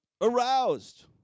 aroused